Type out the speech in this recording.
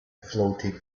floated